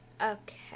okay